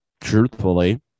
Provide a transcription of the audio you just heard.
truthfully